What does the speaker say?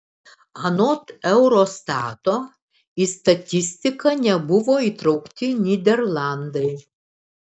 anot eurostato į statistiką nebuvo įtraukti nyderlandai